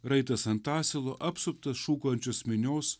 raitas ant asilo apsuptas šūkaujančios minios